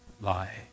lie